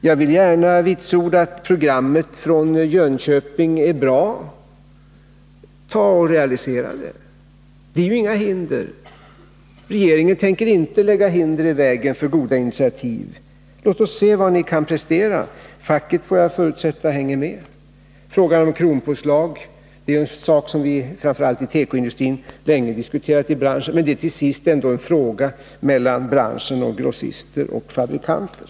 Jag vill gärna vitsorda att programmet från Jönköping är bra — ta och realisera det! Regeringen tänker inte lägga hinder i vägen för goda initiativ. Låt oss se vad ni kan prestera, och jag förutsätter att facket också hänger med. Frågan om kronpåslag är en sak som vi framför allt i tekoindustrin länge har diskuterat, men det är till sist ändå en fråga mellan branschen, grossister och fabrikanter.